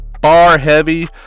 bar-heavy